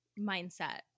mindset